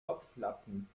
topflappen